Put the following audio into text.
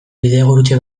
bidegurutze